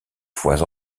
fois